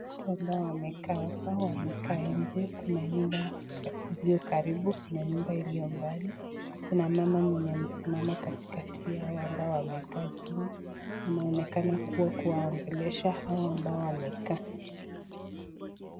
Watu ambao wamekaa hapa wamekaa nje, kuna nyumba iliyo karibu na kuna nyumba iliyo mbali, kuna mama mwenye amesimama katikati yao ambao wamekaa chini, anaonekana kuwa anaongelesha hawa ambao wamekaa.